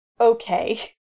okay